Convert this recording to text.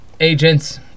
agents